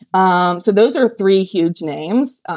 um so those are three huge names.